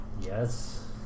Yes